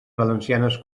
valencianes